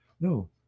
No